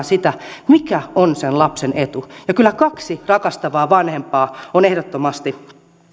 sitä mikä on se lapsen etu ja kyllä kaksi rakastavaa vanhempaa on ehdottomasti